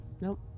Nope